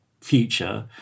future